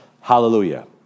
Hallelujah